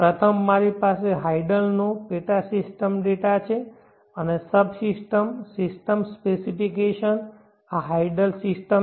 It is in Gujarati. પ્રથમ મારી પાસે હાઇડલ નો પેટા સિસ્ટમ ડેટા છે અને સબ સિસ્ટમ સિસ્ટમ સ્પેસિફિકેશન આ હાઇડલ સિસ્ટમ છે